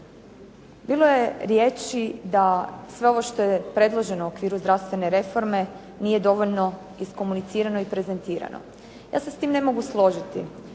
Bilo je riječi da sve ovo što je predloženo u okviru zdravstvene reforme nije dovoljno iskomunicirano i prezentirano. Ja se s tim ne mogu složiti